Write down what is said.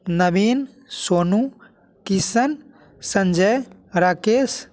Naveen Sonu Kishan Sanjay Rakesh